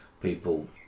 people